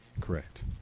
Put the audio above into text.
Correct